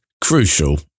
crucial